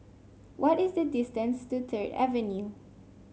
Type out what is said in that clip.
what is the distance to Third Avenue